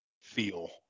feel